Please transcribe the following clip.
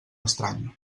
estranya